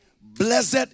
blessed